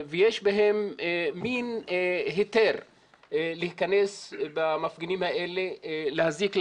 ויש בהן מן היתר להכנס במפגינים האלה, להזיק להם,